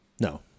No